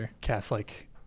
Catholic